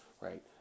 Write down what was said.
right